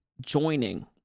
joining